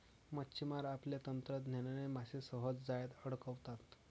मच्छिमार आपल्या तंत्रज्ञानाने मासे सहज जाळ्यात अडकवतात